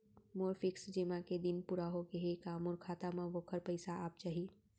मोर fix जेमा के दिन पूरा होगे हे का मोर खाता म वोखर पइसा आप जाही?